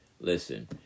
Listen